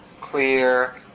clear